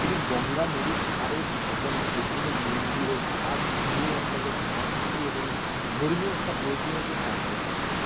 এটি গঙ্গা নদীর ধারে একদম বিভিন্ন মন্দির ও ঘাট নিয়ে একটা বেশ সংস্কৃতি এবং ধর্মীয় একটা ঐতিহাসিক স্থান নামে পরিচিত